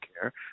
care